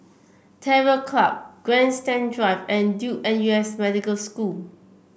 Terror Club Grandstand Drive and Duke N U S Medical School